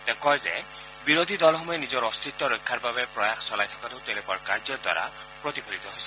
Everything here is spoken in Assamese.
তেওঁ কয় যে বিৰোধী দলসমূহে নিজৰ অস্তিত্ব ৰক্ষাৰ বাবে প্ৰয়াস চলাই থকাটো তেওঁলোকৰ কাৰ্যৰ দ্বাৰা প্ৰতিফলিত হৈছে